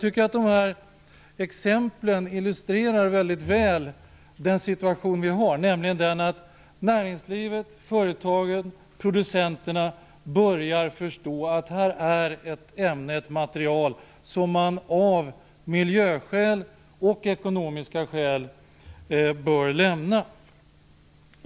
De här exemplen illustrerar väldigt väl situationen, nämligen att näringslivet, företagen och producenterna, börjar förstå att det här är ett ämne, ett material, som man av miljöskäl och ekonomiska skäl bör lämna.